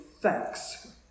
thanks